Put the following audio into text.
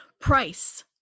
price